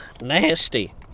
nasty